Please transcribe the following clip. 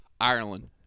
Ireland